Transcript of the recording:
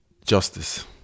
Justice